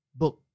book